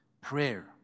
Prayer